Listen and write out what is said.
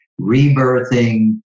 rebirthing